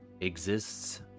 exists